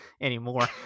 anymore